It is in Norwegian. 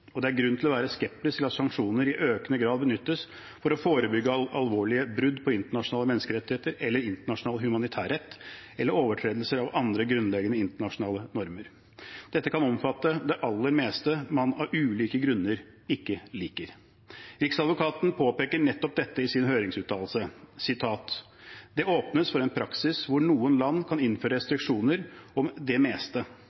og det er grunn til å være skeptisk til at sanksjoner i økende grad benyttes for å forebygge alvorlige brudd på internasjonale menneskerettigheter, internasjonal humanitærrett eller overtredelser av andre grunnleggende internasjonale normer. Dette kan omfatte det aller meste man av ulike grunner ikke liker. Riksadvokaten påpeker nettopp dette i sin høringsuttalelse: «Det åpnes for en praksis hvor noen land kan innføre